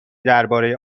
درباره